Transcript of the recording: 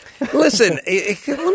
Listen